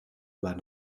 maar